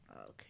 okay